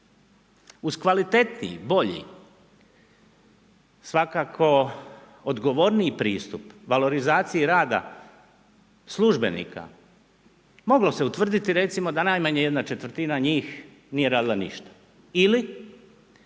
Uz kvalitetniji, bolji, svakako odgovorniji pristup valorizaciji rada službenika, moglo se utvrditi recimo da najmanje jedna četvrtina njih nije radila ništa, ili